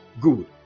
Good